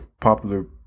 popular